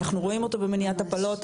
אנחנו רואים אותו במניעת הפלות,